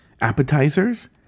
appetizers